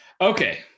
Okay